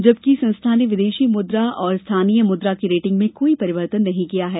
जबकि संस्था ने विदेशी मुद्रा और स्थानीय मुद्रा की रेटिंग में कोई परिवर्तन नहीं किया है